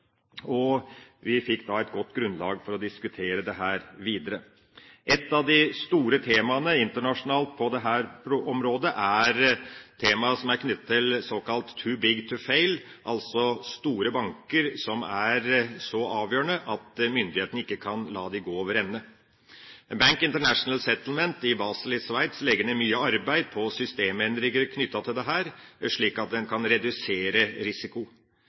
og vi fikk da et godt grunnlag for å diskutere dette videre. Et av de store temaene internasjonalt på dette området er tema som er knyttet til såkalt «Too big to fail», altså store banker som er så avgjørende at myndighetene ikke kan la dem gå over ende. Bank for Internasjonal Settlement i Basel i Sveits legger ned mye arbeid i systemendringer knyttet til dette, slik at en kan redusere risiko.